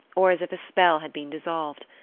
or as if a spell had been dissolved.